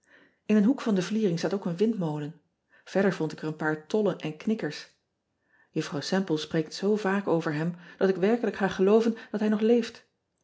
n een hoek van de vliering staat ook een windmolen erder vond ik er een paar tollen en knikkers uffrouw emple spreekt zoo vaak over hem dat ik werkelijk ga gelooven dat hij nog leeft